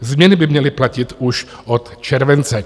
Změny by měly platit už od července.